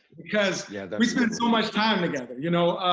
because yeah we spent so much time together. you know